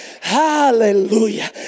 Hallelujah